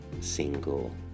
single